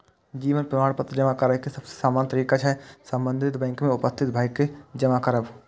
जीवन प्रमाण पत्र जमा करै के सबसे सामान्य तरीका छै संबंधित बैंक में उपस्थित भए के जमा करब